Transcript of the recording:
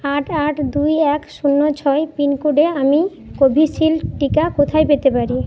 আট আট দুই এক শূন্য ছয় পিন কোডে আমি কোভিশিল্ড টিকা কোথায় পেতে পারি